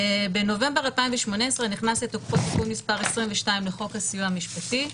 בנובמבר 2018 נכנס לתוקפו תיקון מ' 22 לחוק הסיוע המשפטי,